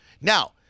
now